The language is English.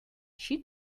she